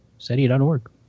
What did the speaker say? SETI.org